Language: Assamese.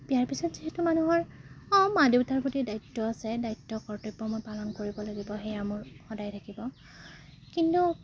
বিয়াৰ পিছত যিহেতু মানুহৰ অঁ মা দেউতাৰ প্ৰতি দায়িত্ব আছে দায়িত্ব কৰ্তব্য মোৰ পালন কৰিব লাগিব সেয়া মোৰ সদায় থাকিব কিন্তু